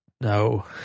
no